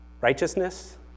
Righteousness